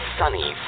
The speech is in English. sunny